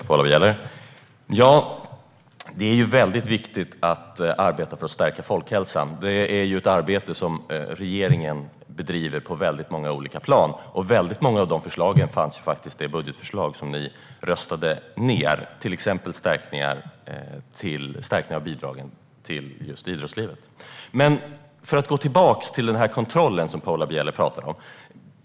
Herr talman! Det är mycket viktigt att arbeta för att stärka folkhälsan. Det är ett arbete som regeringen bedriver på många olika plan. Många av dessa förslag fanns med i det budgetförslag som ni röstade mot, till exempel förstärkningar av bidragen till just idrottslivet. Jag ska gå tillbaka till den kontroll som Paula Bieler talar om.